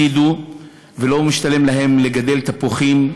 ולא משתלם להם לגדל תפוחים,